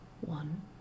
One